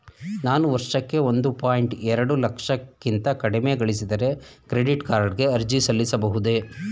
ನಾನು ವರ್ಷಕ್ಕೆ ಒಂದು ಪಾಯಿಂಟ್ ಎರಡು ಲಕ್ಷಕ್ಕಿಂತ ಕಡಿಮೆ ಗಳಿಸಿದರೆ ಕ್ರೆಡಿಟ್ ಕಾರ್ಡ್ ಗೆ ಅರ್ಜಿ ಸಲ್ಲಿಸಬಹುದೇ?